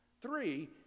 Three